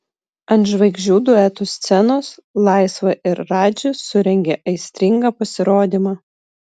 ant žvaigždžių duetų scenos laisva ir radži surengė aistringą pasirodymą